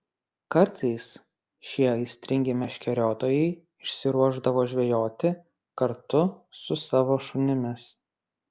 kartais šie aistringi meškeriotojai išsiruošdavo žvejoti kartu su savo šunimis